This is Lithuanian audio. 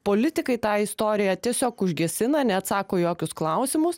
politikai tą istoriją tiesiog užgesina neatsako į jokius klausimus